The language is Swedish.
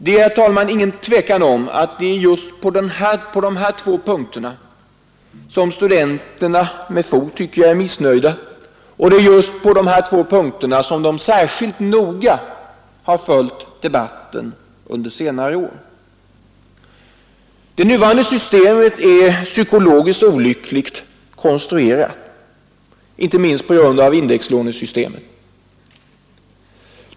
Det är, herr talman, ingen tvekan om att det är just på dessa två punkter som studenterna — med fog, tycker jag — är missnöjda, och det är just på dessa två punkter som de särskilt noga följt debatten under senare år. Det nuvarande systemet är psykologist olyckligt konstruerat. Jag tänker då inte minst på indexlånesystemet.